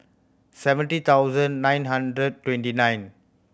seventy thousand nine hundred twenty nine